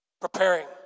preparing